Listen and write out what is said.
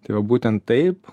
tai va būtent taip